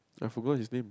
I forgot his name